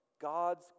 God's